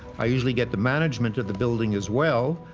i usually get the management of the building as well,